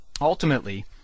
Ultimately